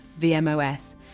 VMOS